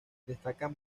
destacan